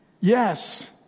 Yes